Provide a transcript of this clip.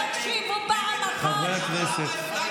תקשיבו כולכם פעם אחת.